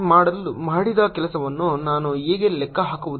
ಮಾಡಿದ ಕೆಲಸವನ್ನು ನಾನು ಹೇಗೆ ಲೆಕ್ಕ ಹಾಕುವುದು